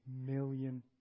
million